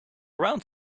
around